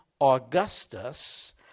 Augustus